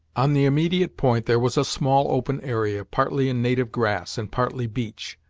on the immediate point there was a small open area, partly in native grass, and partly beach,